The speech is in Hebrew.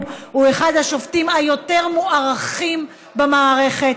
הוא אחד השופטים היותר מוערכים במערכת.